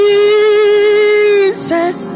Jesus